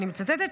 אני מצטטת,